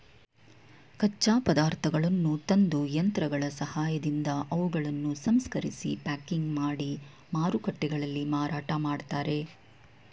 ಕಚ್ಚಾ ಪದಾರ್ಥಗಳನ್ನು ತಂದು, ಯಂತ್ರಗಳ ಸಹಾಯದಿಂದ ಅವುಗಳನ್ನು ಸಂಸ್ಕರಿಸಿ ಪ್ಯಾಕಿಂಗ್ ಮಾಡಿ ಮಾರುಕಟ್ಟೆಗಳಲ್ಲಿ ಮಾರಾಟ ಮಾಡ್ತರೆ